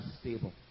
stable